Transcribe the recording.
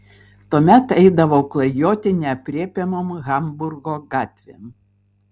tuomet eidavau klajoti neaprėpiamom hamburgo gatvėm